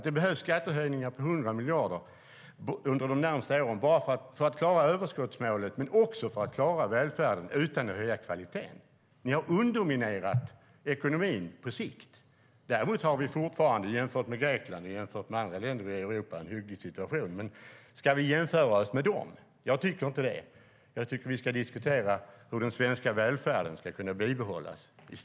Det behövs skattehöjningar på 100 miljarder under de närmaste åren bara för att klara överskottsmålet, men också för att klara välfärden utan att höja kvaliteten. Ni har underminerat ekonomin på sikt. Däremot har vi fortfarande en hygglig situation jämfört med Grekland och andra länder i Europa. Men ska vi jämföra oss med dem? Jag tycker inte det. Jag tycker att vi i stället ska diskutera hur den svenska välfärden ska kunna bibehållas.